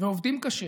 ועובדים קשה